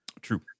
True